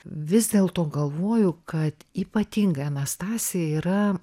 vis dėlto galvoju kad ypatingai anastasija yra